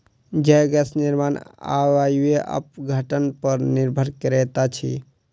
जैव गैस निर्माण अवायवीय अपघटन पर निर्भर करैत अछि